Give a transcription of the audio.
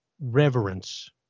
reverence